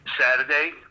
Saturday